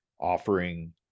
offering